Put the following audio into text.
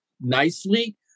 nicely